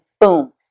boom